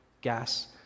gas